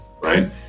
right